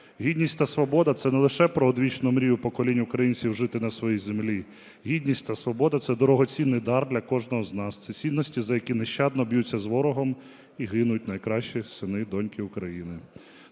Гідність та свобода – це не лише про одвічну мрію поколінь українців жити на своїй землі, гідність та свобода – це дорогоцінний дар для кожного з нас, це цінності, за які нещадно б'ються з ворогом і гинуть найкращі сини та доньки України.